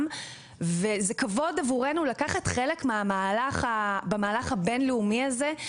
וזה כבוד עבורנו לקחת חלק במהלך הבינלאומי הזה.